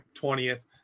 20th